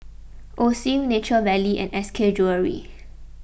Osim Nature Valley and S K Jewellery